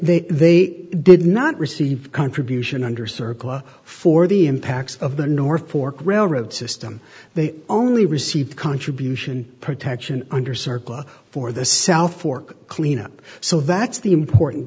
they they did not receive contribution under circle for the impacts of the north fork railroad system they only received contribution protection under circa for the south fork cleanup so that's the important